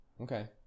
Okay